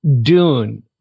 Dune